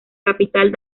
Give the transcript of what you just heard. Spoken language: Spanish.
capital